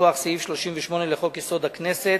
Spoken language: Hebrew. מכוח סעיף 38 לחוק-יסוד: הכנסת.